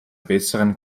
besseren